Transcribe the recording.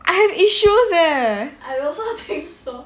I have issues leh